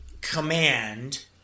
command